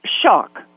shock